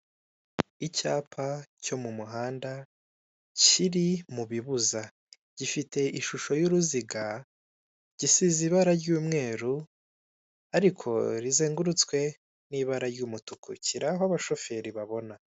Icyapa cyo mumuhanda kiri mu bibuza gifite ishusho y'uruziga, gisize ibara ry'umweru ariko rizengurutswe n'ibara ry'umutuku, kiri aho abashoferi babona.